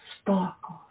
sparkles